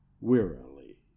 wearily